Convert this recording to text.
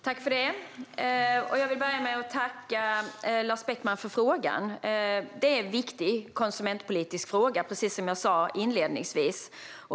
Herr ålderspresident! Jag vill börja med att tacka Lars Beckman för frågan. Det är en viktig konsumentpolitisk fråga, precis som jag sa inledningsvis.